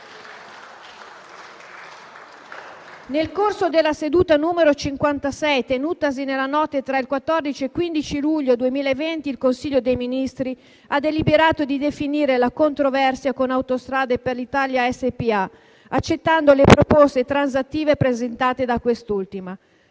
«Nel corso della seduta n. 56, tenutasi nella notte tra il 14 e il 15 luglio 2020, il Consiglio dei ministri ha deliberato di definire la controversia con Autostrade per l'Italia SpA accettando le proposte transattive presentate da quest'ultima;